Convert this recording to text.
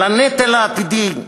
על הנטל העתידי,